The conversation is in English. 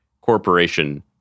corporation